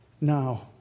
Now